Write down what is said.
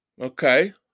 Okay